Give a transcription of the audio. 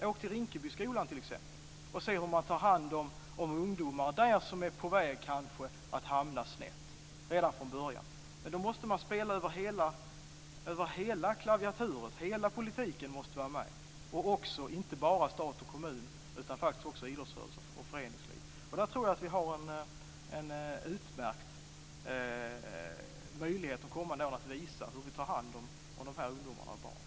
Åk till Rinkebyskolan t.ex. och se hur man där redan från början tar hand om ungdomar som är på väg att kanske hamna snett! Man måste spela på hela klaviaturen - hela politiken måste vara med och inte bara stat och kommun. Idrottsrörelser och föreningsliv ska också vara med. Där tror jag att vi har en utmärkt möjlighet att visa hur vi tar hand om de här ungdomarna och barnen.